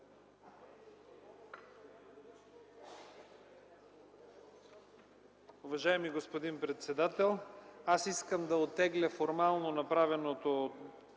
Уважаеми господин председател, аз искам да оттегля формално направеното